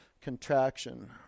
contraction